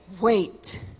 wait